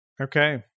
Okay